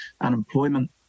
Unemployment